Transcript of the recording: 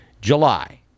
July